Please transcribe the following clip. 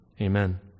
Amen